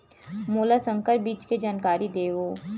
मोला संकर बीज के जानकारी देवो?